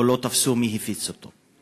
או לא תפסו מי הפיץ אותו.